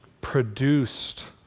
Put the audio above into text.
produced